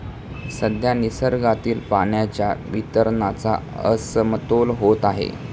सध्या निसर्गातील पाण्याच्या वितरणाचा असमतोल होत आहे